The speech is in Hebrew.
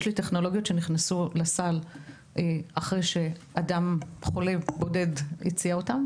יש טכנולוגיות שנכנסו לסל אחרי שחולה בודד הציע אותן,